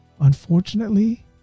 Unfortunately